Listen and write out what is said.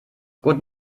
gute